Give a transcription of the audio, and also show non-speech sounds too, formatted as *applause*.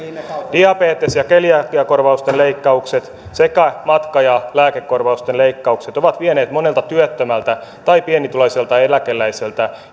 diabetes ja keliakiakorvausten leikkaukset sekä matka ja lääkekorvausten leikkaukset ovat vieneet monelta työttömältä tai pienituloiselta eläkeläiseltä *unintelligible*